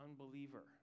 unbeliever